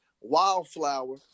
Wildflower